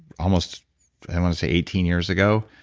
almost i want to say eighteen years ago,